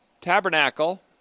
tabernacle